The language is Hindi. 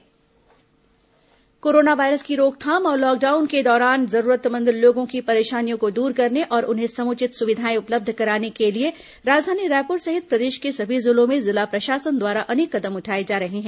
कोरोना जिला कोरोना वायरस की रोकथाम और लॉकडाउन के दौरान जरूरतमंद लोगों की परेशानियों को दूर करने और उन्हें समुचित सुविधाएं उपलब्ध कराने के लिए राजधानी रायपुर सहित प्रदेश के सभी जिलों में जिला प्रशासन द्वारा अनेक कदम उठाए जा रहे हैं